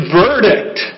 verdict